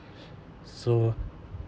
so